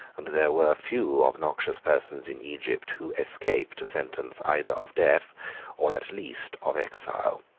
and there were few obnoxious persons in egypt who escaped a sentence either of death or at least of exile.